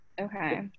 Okay